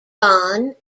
bonn